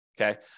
okay